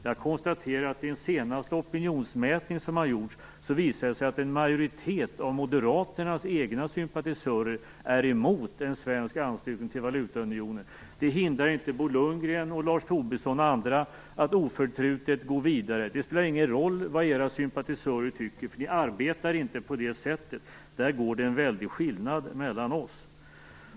Jag konstaterar att den senaste opinionsmätning som gjorts visar att en majoritet av Moderaternas egna sympatisörer är emot en svensk anslutning till valutaunionen. Det hindrar inte Bo Lundgren, Lars Tobisson och andra från att oförtrutet gå vidare. Det spelar ingen roll vad era sympatisörer tycker, för ni arbetar inte på det sättet. Där är en väldig skillnad mellan oss.